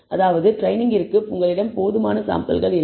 அதாவது ட்ரெய்னிங்கிற்க்கு உங்களிடம் போதுமான சாம்பிள்கள் இல்லை